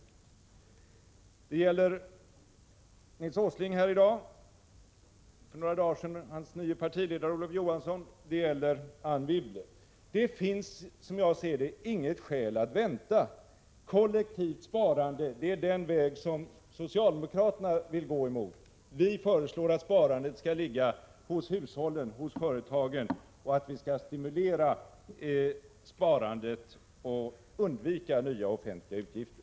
Det gäller Nils G. Åsling här i dag, och för några dagar sedan framförde hans nye partiledare Olof Johansson sådana synpunkter. Det gäller också Anne Wibble. Som jag ser det finns det inget skäl att vänta. Kollektivt sparande är den väg som socialdemokraterna vill gå. Vi föreslår att sparandet skall ligga hos hushållen och hos företagen samt att man skall stimulera sparandet och undvika nya offentliga utgifter.